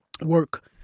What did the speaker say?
work